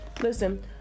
listen